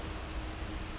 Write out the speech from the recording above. zuo bo